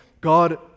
God